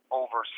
over